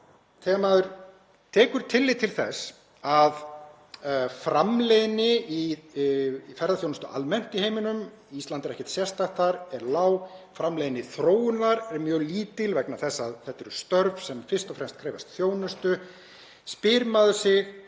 Þegar maður tekur tillit til þess að framleiðni í ferðaþjónustu almennt í heiminum — Ísland er ekkert sérstakt þar — er lág og framleiðni þróunar mjög lítil vegna þess að þetta eru störf sem fyrst og fremst krefjast þjónustu, spyr maður sig: